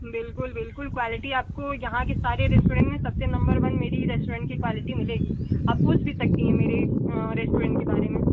बिल्कुल बिल्कुल क्वालिटी आपको यहाँ के सारे रेस्टोरेंट में सबसे नंबर वन मेरी ही रेस्टोरेंट की क्वालिटी मिलेगी आप पूछ भी सकती हैं मेरे रेस्टोरेंट के बारे में